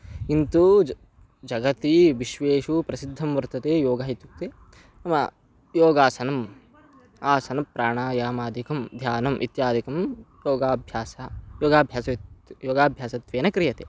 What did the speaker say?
किन्तु ज् जगति विश्वे सुप्रसिद्धं वर्तते योगः इत्युक्ते नाम योगासनम् आसनं प्राणायामादिकं ध्यानम् इत्यादिकं योगाभ्यासः योगाभ्यासः योगाभ्यासत्वेन क्रियते